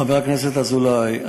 חבר הכנסת אזולאי,